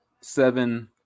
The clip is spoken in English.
seven